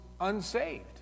unsaved